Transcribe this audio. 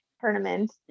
tournament